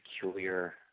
peculiar